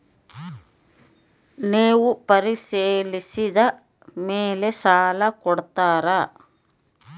ನೇವು ಪರಿಶೇಲಿಸಿದ ಮೇಲೆ ಸಾಲ ಕೊಡ್ತೇರಾ?